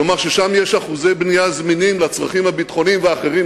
כלומר שם יש אחוזי בנייה זמינים לצרכים הביטחוניים והאחרים,